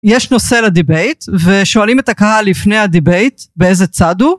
יש נושא לדיבייט ושואלים את הקהל לפני הדיבייט באיזה צד הוא